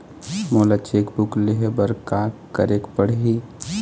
मोला cheque book लेहे बर का केरेक पढ़ही?